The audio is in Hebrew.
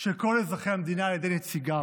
של כל אזרחי המדינה על ידי נציגיו.